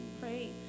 pray